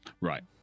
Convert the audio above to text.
right